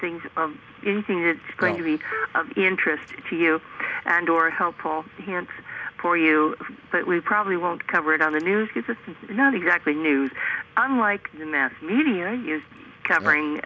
things in thing it's going to be of interest to you and or helpful hints for you but we probably won't cover it on the news you know exactly news unlike the mass media is covering